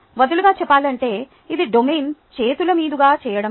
వదులుగా చెప్పాలంటే ఇది డొమైన్ చేతుల మీదుగా చేయడమే